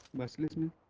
was clinton